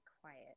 quiet